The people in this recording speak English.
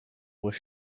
was